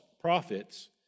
prophets